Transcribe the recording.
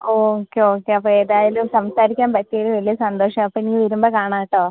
okay okay അപ്പോൾ ഏതായാലും സംസാരിക്കാൻ പറ്റിയതിൽ വലിയ സന്തോഷം അപ്പോൾ ഇനി വരുമ്പോൾ കാണാം കേട്ടോ